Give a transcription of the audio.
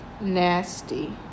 nasty